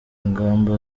ingamba